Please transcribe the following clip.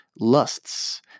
lusts